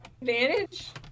advantage